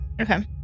Okay